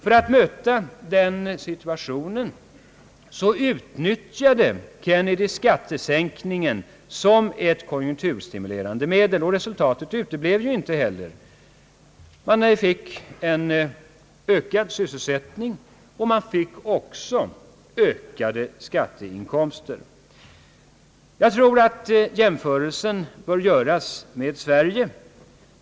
För att möta den situationen utnyttjade Kennedy skattesänkningen som ett konjunkturstimulerande medel. Och resultatet uteblev heller inte. Man fick en ökad sysselsättning och man fick också ökade skatteinkomster. Jag tror att en jämförelse bör göras med Sverige.